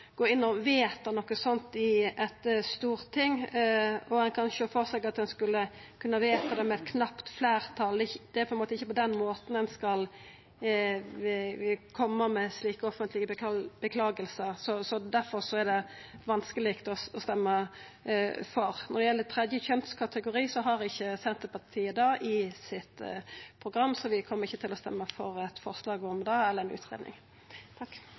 gå inn og vedta noko slikt i Stortinget. Ein kan sjå for seg at ein skulle kunne vedta det med eit knapt fleirtal. Det er ikkje på den måten ein skal koma med slike offentlege orsakingar. Difor er det vanskeleg å stemma for det. Når det gjeld ein tredje kjønnskategori, har ikkje Senterpartiet det i programmet sitt, så vi kjem ikkje til å stemma for eit forslag eller ei utgreiing om det.